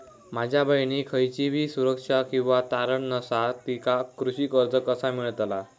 माझ्या बहिणीक खयचीबी सुरक्षा किंवा तारण नसा तिका कृषी कर्ज कसा मेळतल?